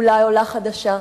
אולי עולה חדשה.